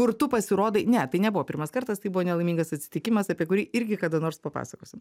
kur tu pasirodai ne tai nebuvo pirmas kartas tai buvo nelaimingas atsitikimas apie kurį irgi kada nors papasakosiu